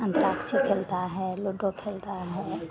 अन्तराक्षी खेलता है लूडो खेलता है